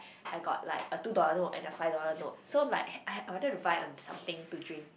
I got like a two dollar note and a five dollar note so like I I wanted to buy um something to drink